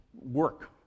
work